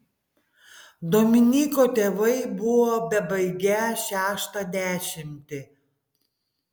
dominyko tėvai buvo bebaigią šeštą dešimtį